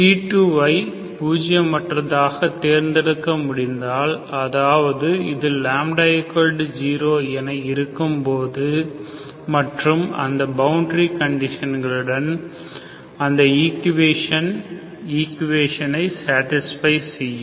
c2 ஐ பூஜ்ஜியம் அற்றதாக தேர்ந்தெடுக்க முடிந்தால் அதாவது இதில் λ 0 என இருக்கும்போது மற்றும் அந்த பவுண்டரி கண்டிஷன்கலுடன் அந்த ஈக்குவேஷன் சேடிஸ்பை செய்யும்